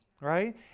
right